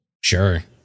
Sure